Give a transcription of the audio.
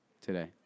today